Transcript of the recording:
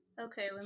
Okay